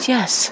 Yes